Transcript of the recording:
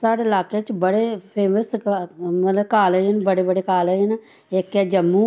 साढ़े लाके च बड़े फेमस इ'यां गै कालेज न बड़े बड़े कालेज न इक ऐ जम्मू